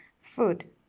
Food